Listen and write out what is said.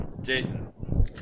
Jason